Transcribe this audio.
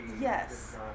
Yes